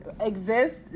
exist